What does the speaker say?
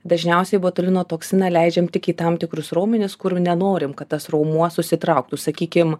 dažniausiai botulino toksiną leidžiam tik į tam tikrus raumenis kurių nenorim kad tas raumuo susitrauktų sakykim